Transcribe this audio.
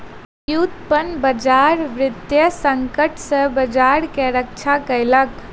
व्युत्पन्न बजार वित्तीय संकट सॅ बजार के रक्षा केलक